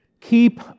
Keep